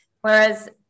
Whereas